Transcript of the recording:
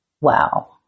Wow